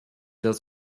das